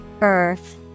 Earth